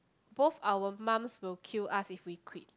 both our mums will kill us if we quit